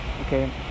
Okay